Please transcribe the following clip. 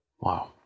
Wow